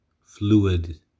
fluid